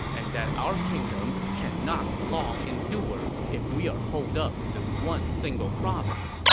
and that our kingdom cannot long endure if we're holed up in this one single province.